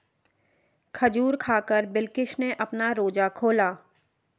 खजूर खाकर बिलकिश ने अपना रोजा खोला